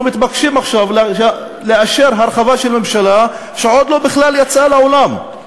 אנחנו מתבקשים עכשיו לאשר הרחבה של ממשלה שעוד לא יצאה לעולם בכלל.